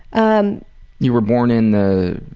um you were born in the